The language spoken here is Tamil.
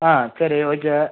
ஆ சரி ஓகே